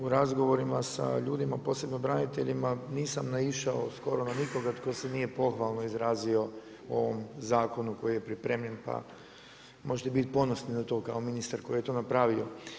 U razgovorima sa ljudima, posebno braniteljima nisam naišao skoro na nikoga tko se nije pohvalno izrazio o ovom zakonu koji je pripremljen, pa možete biti ponosni na to kao ministar koji je to napravio.